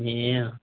ए अँ